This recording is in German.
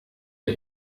der